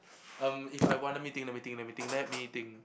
um if I want let me think let me think let me think let me think